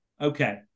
Okay